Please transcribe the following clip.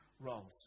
roles